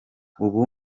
ubu